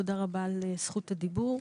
תודה רבה על זכות הדיבור.